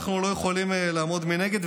ואנחנו לא יכולים לעמוד מנגד.